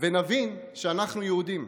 ונבין שאנחנו יהודים.